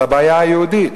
הבעיה היהודית.